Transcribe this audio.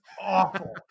awful